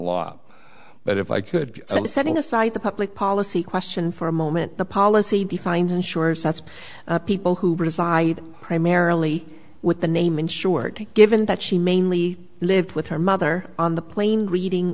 law but if i could setting aside the public policy question for a moment the policy defines insurers that's people who reside primarily with the name insured given that she mainly lived with her mother on the plane reading